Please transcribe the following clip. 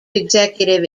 executive